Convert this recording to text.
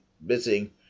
missing